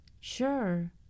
Sure